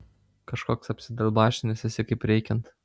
kažkoks apsidalbašinęs esi kaip reikiant